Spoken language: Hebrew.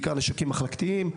בעיקר נשקים מחלקתיים.